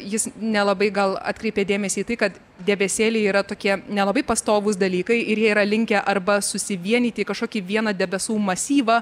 jis nelabai gal atkreipė dėmesį į tai kad debesėliai yra tokie nelabai pastovūs dalykai ir jie yra linkę arba susivienyti kažkokį vieną debesų masyvą